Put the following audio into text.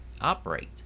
operate